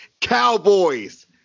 Cowboys